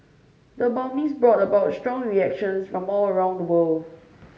the bombings brought about strong reactions from all around the world